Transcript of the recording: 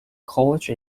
college